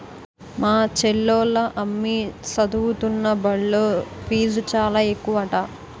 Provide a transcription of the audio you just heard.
మా చెల్లోల అమ్మి సదువుతున్న బల్లో ఫీజు చాలా ఎక్కువట